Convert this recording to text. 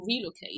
relocate